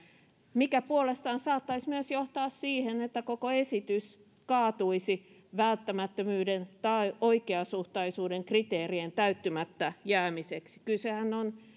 mikä puolestaan saattaisi myös johtaa siihen että koko esitys kaatuisi välttämättömyyden tai oikeasuhtaisuuden kriteerien täyttymättä jäämisen takia kysehän on